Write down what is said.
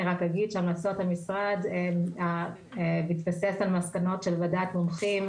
אני רק אגיד שהמלצות המשרד מתבססות על מסקנות של ועדת מומחים,